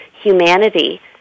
humanity